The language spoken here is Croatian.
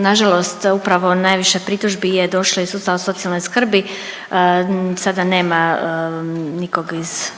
nažalost upravo najviše pritužbi je došlo iz sustava socijalne skrbi, sada nema nikog iz